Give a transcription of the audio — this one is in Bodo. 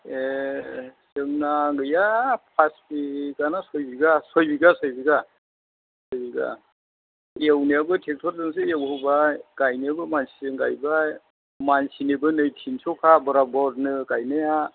ए जोंना गैया फास बिघा ना सय बिघा सय बिघा सय बिघा सय बिघा एवनायावबो ट्रेक्टरजोंसो एवहोबाय गायनायावबो मानसिजों गायबाय मानसिनोबो नै तिनस'खा नै बराबरनो गायनाया